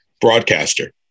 broadcaster